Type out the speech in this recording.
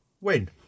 win